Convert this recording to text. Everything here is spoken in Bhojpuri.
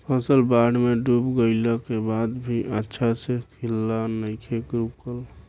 फसल बाढ़ में डूब गइला के बाद भी अच्छा से खिलना नइखे रुकल